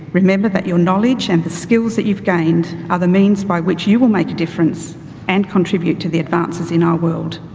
remember that your knowledge and the skills that you've gained other means by which you will make a difference and contribute to the advances in our world.